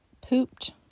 Pooped